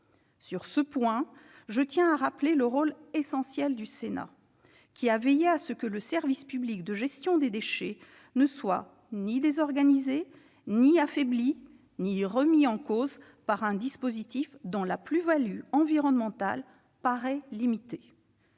En la matière, le Sénat a joué un rôle essentiel : il a veillé à ce que le service public de gestion des déchets ne soit ni désorganisé, ni affaibli, ni remis en cause par un dispositif dont la plus-value environnementale paraît limitée.